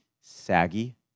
saggy